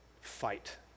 fight